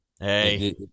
hey